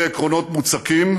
אלה עקרונות מוצקים